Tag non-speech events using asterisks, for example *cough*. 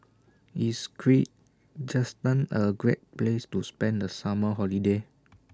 IS *unintelligible* A Great Place to spend The Summer Holiday